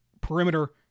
perimeter